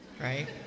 right